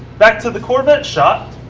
back to the corvette shot.